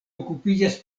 okupiĝas